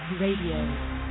Radio